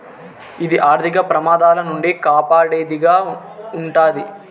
ఇది ఆర్థిక ప్రమాదాల నుండి కాపాడేది గా ఉంటది